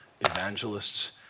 evangelists